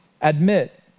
admit